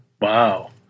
Wow